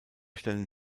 stellen